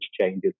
changes